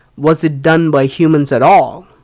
was it done by humans at all?